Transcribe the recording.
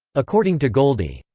according to goldie,